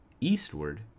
eastward